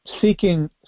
Seeking